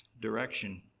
direction